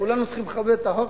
וכולנו צריכים לכבד את החוק,